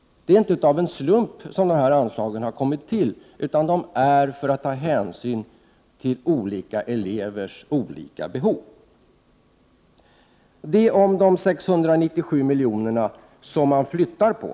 Dessa anslag har inte kommit till av en slump, utan för att man skall ta hänsyn till olika elevers skilda behov. Det här gäller de 697 milj.kr. som man flyttar på.